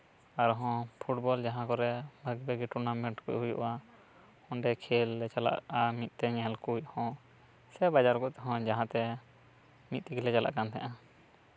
ᱟᱨᱦᱚᱸ ᱯᱷᱩᱴᱵᱚᱞ ᱡᱟᱦᱟᱸ ᱠᱚᱨᱮᱜ ᱵᱷᱟᱹᱜᱤ ᱵᱷᱟᱹᱜᱤ ᱴᱩᱨᱱᱟᱢᱮᱱᱴ ᱠᱚ ᱦᱩᱭᱩᱜᱼᱟ ᱚᱸᱰᱮ ᱠᱷᱮᱞ ᱞᱮ ᱪᱟᱞᱟᱜᱼᱟ ᱢᱤᱫ ᱛᱮ ᱧᱮᱞ ᱠᱚᱡ ᱦᱚᱸ ᱥᱮ ᱵᱟᱡᱟᱨ ᱜᱚᱛ ᱦᱚᱸ ᱡᱟᱦᱟᱸ ᱛᱮ ᱢᱤᱫ ᱛᱮᱜᱮᱞᱮ ᱪᱟᱞᱟᱜ ᱠᱟᱱ ᱛᱟᱦᱮᱸᱜᱼᱟ